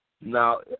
Now